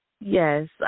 Yes